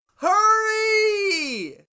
Hurry